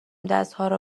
دستهارو